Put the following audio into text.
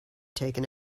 taken